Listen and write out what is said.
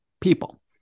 people